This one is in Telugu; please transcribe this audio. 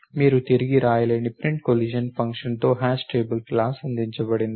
మీరు తిరిగి వ్రాయలేని ప్రింట్ కొలిషన్ ఫంక్షన్తో హ్యాష్ టేబుల్ క్లాస్ అందించబడింది